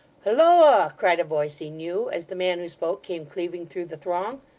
halloa! cried a voice he knew, as the man who spoke came cleaving through the throng.